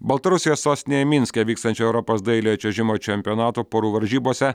baltarusijos sostinėje minske vykstančio europos dailiojo čiuožimo čempionato porų varžybose